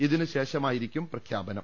ഇതിനുശേഷമായിരിക്കും പ്രഖ്യാപനം